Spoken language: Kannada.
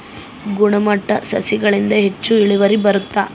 ಗುಣಮಟ್ಟ ಸಸಿಗಳಿಂದ ಹೆಚ್ಚು ಇಳುವರಿ ಬರುತ್ತಾ?